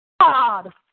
God